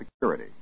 security